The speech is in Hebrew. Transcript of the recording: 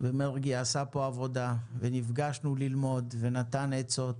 ומרגי עשה פה עבודה ונפגשנו ללמוד ונתן עצות.